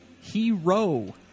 hero